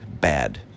bad